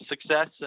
success